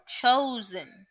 chosen